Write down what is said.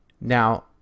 Now